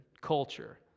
Culture